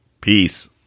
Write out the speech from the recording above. Peace